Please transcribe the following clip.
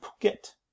Phuket